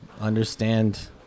understand